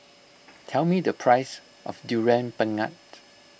tell me the price of Durian Pengat